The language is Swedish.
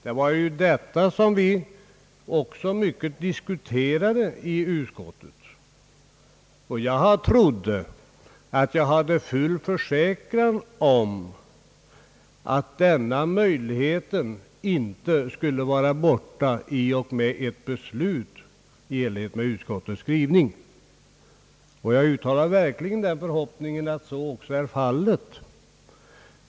Det var ju detta vi mycket diskuterade i utskottet, och jag trodde att jag hade full försäkran om att denna möjlighet inte skulle vara borta i och med ett beslut i enlighet med utskottets skrivning. Jag uttalar verkligen den förhoppningen, att så också är fallet.